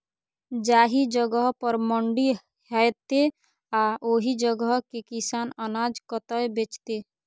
जाहि जगह पर मंडी हैते आ ओहि जगह के किसान अनाज कतय बेचते?